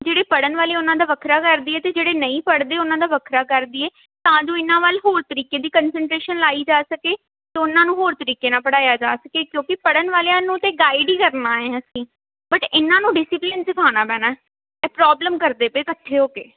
ਜਿਹੜੇ ਪੜ੍ਹਨ ਵਾਲੇ ਉਹਨਾਂ ਦਾ ਵੱਖਰਾ ਕਰ ਦੀਏ ਅਤੇ ਜਿਹੜੇ ਨਹੀਂ ਪੜ੍ਹਦੇ ਉਹਨਾਂ ਦਾ ਵੱਖਰਾ ਕਰ ਦੀਏ ਤਾਂ ਜੋ ਇਹਨਾਂ ਵੱਲ ਹੋਰ ਤਰੀਕੇ ਦੀ ਕੰਨਸਨਟੇਸ਼ਨ ਲਾਈ ਜਾ ਸਕੇ ਅਤੇ ਉਹਨਾਂ ਨੂੰ ਹੋਰ ਤਰੀਕੇ ਨਾਲ ਪੜ੍ਹਾਇਆ ਜਾ ਸਕੇ ਕਿਉਂਕਿ ਪੜ੍ਹਨ ਵਾਲਿਆਂ ਨੂੰ ਤਾਂ ਗਾਈਡ ਹੀ ਕਰਨਾ ਹੈ ਅਸੀਂ ਬਟ ਇਹਨਾਂ ਨੂੰ ਡਿਸਿਪਲਿਨ ਸਿਖਾਉਣਾ ਪੈਣਾ ਇਹ ਪ੍ਰੋਬਲਮ ਕਰਦੇ ਪਏ ਇਕੱਠੇ ਹੋ ਕੇ